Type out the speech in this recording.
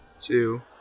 Two